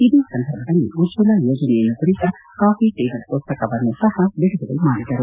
ಇದೇ ಸಂದರ್ಭದಲ್ಲಿ ಉಜ್ವಲಾ ಯೋಜನೆಯನ್ನು ಕುರಿತ ಕಾಫಿ ಟೇಬಲ್ ಪುಸ್ತಕವನ್ನು ಸಹ ಬಿಡುಗಡೆ ಮಾಡಿದರು